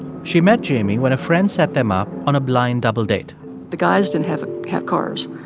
she met jamie when a friend set them up on a blind double date the guys didn't have have cars,